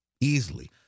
Easily